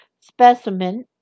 specimen